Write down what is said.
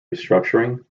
restructuring